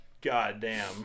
goddamn